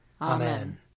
Amen